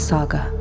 Saga